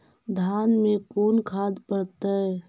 धान मे कोन खाद पड़तै?